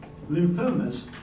Lymphomas